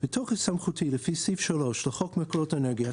בתוקף סמכותי לפי סעיף 3 לחוק מקורות אנרגיה,